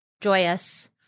joyous